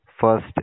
first